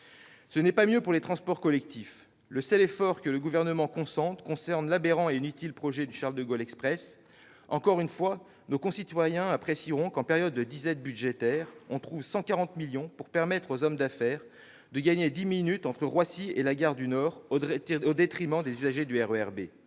ce qui concerne les transports collectifs, le seul effort consenti par le Gouvernement concerne l'aberrant et inutile projet du Charles-de-Gaulle Express. Encore une fois, nos concitoyens apprécieront qu'en période de disette budgétaire on trouve 140 millions d'euros pour permettre aux hommes d'affaires de gagner dix minutes entre Roissy et la gare du Nord, au détriment des usagers du RER B.